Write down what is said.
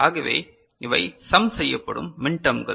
ஆகவே இவை சம் செய்யப்படும் மின் டெர்ம்கள்